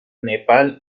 nepal